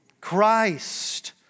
Christ